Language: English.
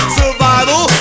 survival